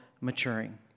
maturing